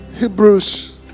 Hebrews